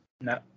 No